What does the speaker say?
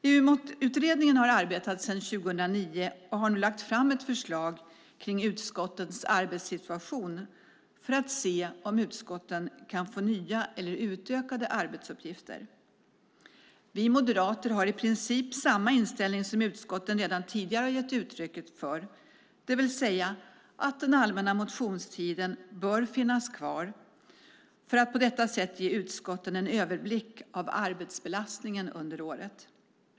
EUMOT-utredningen har arbetat sedan 2009 och nu lagt fram ett förslag kring utskottens arbetssituation för att se om utskotten kan få nya eller utökade arbetsuppgifter. Vi moderater har i princip samma inställning som utskottet redan tidigare har gett uttryck för, det vill säga att den allmänna motionstiden bör finnas kvar för att på detta sätt ge utskotten en överblick av arbetsbelastningen under året.